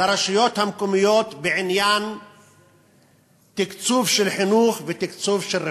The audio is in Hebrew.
לרשויות המקומיות בעניין תקצוב של חינוך ותקצוב של רווחה.